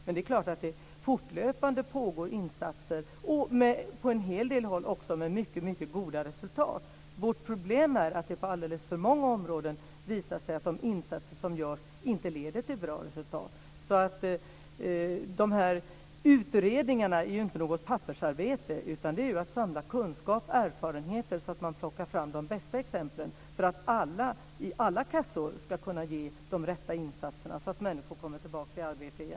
Men det är klart att det fortlöpande pågår insatser, på en hel del håll också med mycket goda resultat. Vårt problem är att det på alldeles för många områden visar sig att de insatser som görs inte leder till bra resultat. De här utredningarna är inte något pappersarbete, utan de går ut på att samla kunskap och erfarenhet, så att man plockar fram de bästa exemplen för att alla, i alla kassor ska kunna ge de rätta insatserna så att människor kommer tillbaka i arbete.